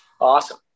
Awesome